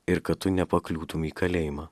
ir kad tu nepakliūtumei į kalėjimą